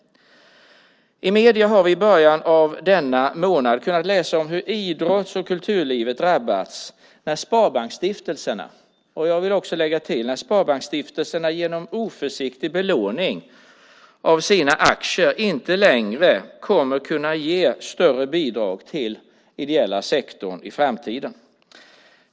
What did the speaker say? I medierna har vi i början av denna månad kunnat läsa om hur idrotts och kulturlivet drabbats när Sparbanksstiftelserna - genom oförsiktig belåning av sina aktier, vill jag lägga till - inte längre kommer att kunna ge större bidrag till den ideella sektorn i framtiden.